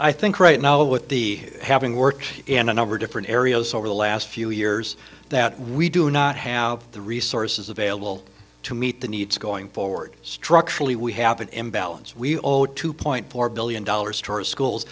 i think right now with the having worked in a number of different areas over the last few years that we do not have the resources available to meet the needs going forward structurally we have an imbalance we old two point four billion dollars towards schools